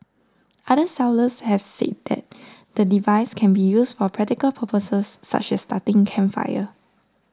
other sellers have said the device can be used for practical purposes such as starting campfires